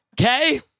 Okay